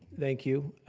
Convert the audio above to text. thank you,